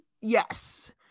yes